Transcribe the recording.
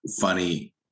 funny